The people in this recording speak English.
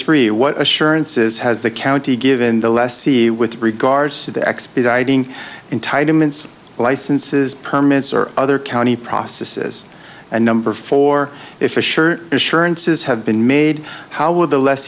what assurances has the county given the lessee with regards to the expediting entitlements licenses permits or other county processes and number four if you're sure insurances have been made how would the less